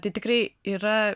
tai tikrai yra